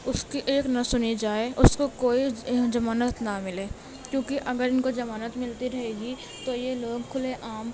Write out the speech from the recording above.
اس کی ایک نہ سنی جائے اس کو کوئی ضمانت نہ ملے کیونکہ اگر ان کو ضمانت ملتی رہے گی تو یہ لوگ کھلے عام